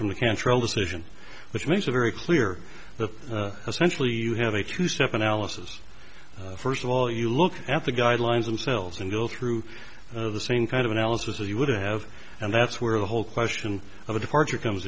from the cantrell decision which makes it very clear that essentially you have a two step analysis first of all you look at the guidelines themselves and go through the same kind of analysis that you would have and that's where the whole question of a departure comes